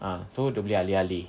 ah so dia boleh alih-alih